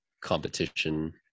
competition